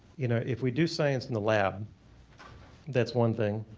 you know if we do science in the lab thats one thing,